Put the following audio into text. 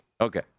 Okay